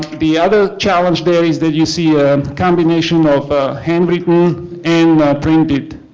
the other challenge there is that you see a combination of ah hand written and printed